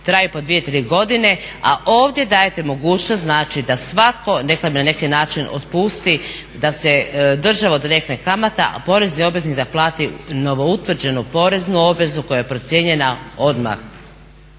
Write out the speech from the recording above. traju po dvije tri godine a ovdje dajete mogućnost znači da svatko rekla bi na neki način otpusti da se država odrekne kamata a porezni obveznik da plati novoutvrđenu poreznu obvezu koja je procijenjena odmah.